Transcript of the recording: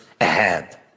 ahead